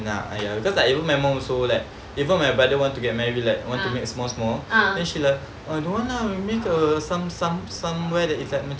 or you want me to some some somewhere that that